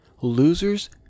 Losers